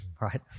right